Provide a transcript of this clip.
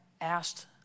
asked